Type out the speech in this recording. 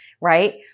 right